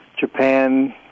Japan